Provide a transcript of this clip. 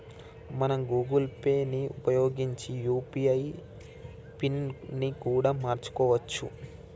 మనం Google Pay ని ఉపయోగించి యూ.పీ.ఐ పిన్ ని కూడా మార్చుకోవచ్చు